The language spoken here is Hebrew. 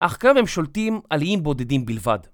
‫אך גם הם שולטים על איים בודדים בלבד.